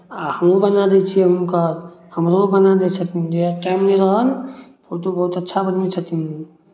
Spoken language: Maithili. आ हमहूँ बना दै छियै हुनकर हमरो ओ बना दै छथिन जहिया टाइम नहि रहल फोटो बहुत अच्छा बनबै छथिन ओ